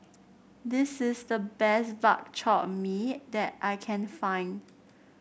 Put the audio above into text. this is the best Bak Chor Mee that I can find